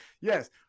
Yes